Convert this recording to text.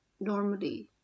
normally